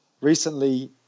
recently